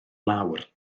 lawr